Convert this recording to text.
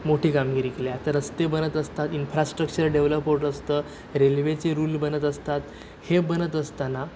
मोठी कामगिरी केली आता रस्ते बनत असतात इन्फ्रास्ट्रक्चर डेव्हलप होत असतं रेल्वेचे रूळ बनत असतात हे बनत असताना